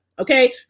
Okay